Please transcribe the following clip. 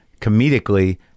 comedically